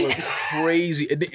crazy